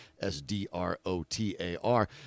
S-D-R-O-T-A-R